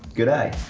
good eye!